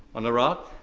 on iraq,